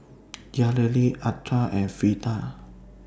Yareli Ardath and Freeda